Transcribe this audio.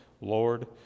Lord